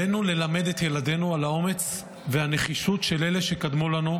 עלינו ללמד את ילדינו על האומץ והנחישות של אלה שקדמו לנו,